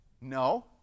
No